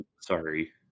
Sorry